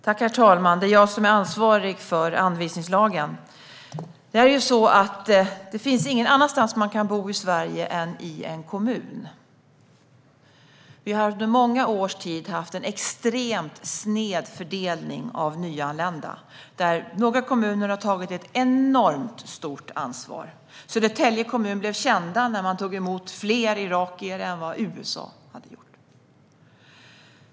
Herr talman! Det är jag som är ansvarig för anvisningslagen. Det finns ingen annanstans man kan bo i Sverige än i en kommun. Vi har under många års tid haft en extremt sned fördelning av nyanlända, där vissa kommuner har tagit ett enormt stort ansvar. Södertälje kommun blev känd när man tog emot fler irakier än vad USA hade gjort.